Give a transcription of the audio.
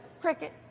Cricket